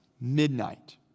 midnight